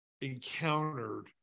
encountered